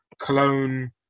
Cologne